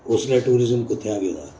उसलै टूरिजम कुत्थैं हा गेदा